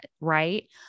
Right